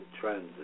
trends